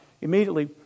immediately